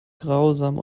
grausam